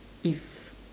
if